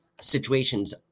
situations